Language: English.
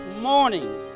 morning